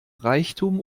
reichtum